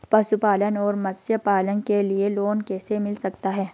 पशुपालन और मत्स्य पालन के लिए लोन कैसे मिल सकता है?